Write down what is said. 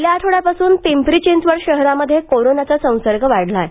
गेल्या आठवड्यापासून पिंपरी चिंचवड शहरात कोरोनाचा संसर्ग वाढला आहे